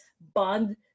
bond